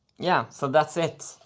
yeah, so that's it.